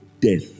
death